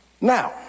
Now